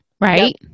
right